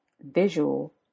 visual